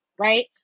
right